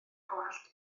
gwallt